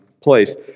place